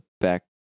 back